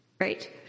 Right